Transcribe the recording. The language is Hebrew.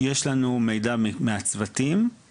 יש לנו מידע מהצוותים.